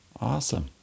Awesome